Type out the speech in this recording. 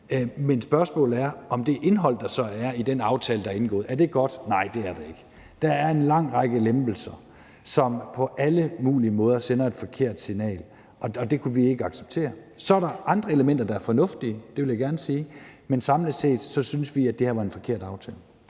Men spørgsmålet er, om det indhold, der så er i den aftale, der er indgået, er godt. Nej, det er det ikke. Der er en lang række lempelser, som på alle mulige måder sender et forkert signal. Det kunne vi ikke acceptere. Så er der andre elementer, der er fornuftige. Det vil jeg gerne sige. Men samlet set synes vi at det her er en dårlig aftale.